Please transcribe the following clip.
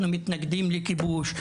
אנחנו מתנגדים לכיבוש,